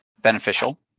beneficial